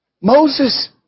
Moses